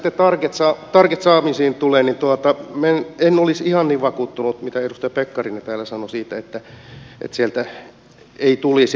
mitä sitten target saamisiin tulee niin en olisi ihan niin vakuuttunut siitä mitä edustaja pekkarinen täällä sanoi että sieltä ei tulisi